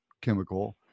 chemical